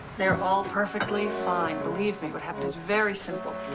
they're all perfectly fine. believe me. what happened is very simple.